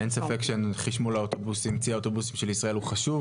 אין ספק שחשמול צי האוטובוסים של ישראל הוא חשוב